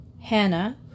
Hannah